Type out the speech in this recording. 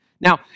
Now